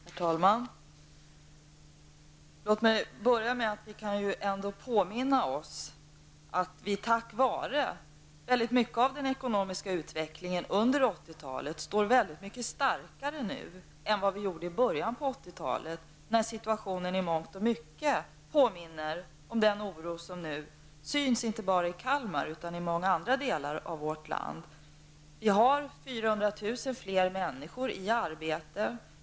Herr talman! Låt mig börja med att säga att vi ändå kan påminna oss att vi tack vare väldigt mycket av den ekonomiska utvecklingen under 80-talet står väldigt mycket starkare nu än vad vi gjorde i början på 80-talet, när situationen i mångt och mycket påminde om den oro som nu syns inte bara i Kalmar utan i många andra delar av vårt land. Vi har 400 000 fler människor i arbete.